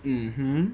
mmhmm